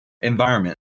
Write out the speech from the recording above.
environment